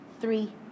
three